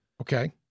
Okay